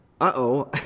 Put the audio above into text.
uh-oh